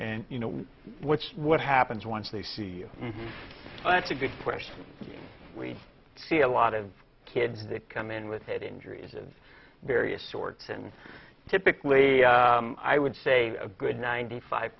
and you know what's what happens once they see that's a good question we see a lot of kids that come in with head injuries of various sorts and typically i would say a good ninety five